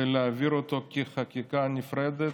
ולהעביר אותו כחקיקה נפרדת,